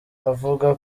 avuga